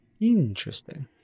Interesting